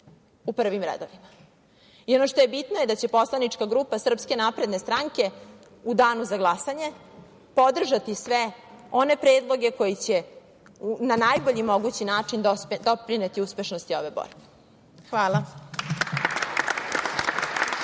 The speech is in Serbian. u prvim redovima. Ono što je bitno da će poslanička grupa SNS u danu za glasanje podržati sve one predloge koji će na najbolji mogući način doprineti uspešnosti ove borbe. Hvala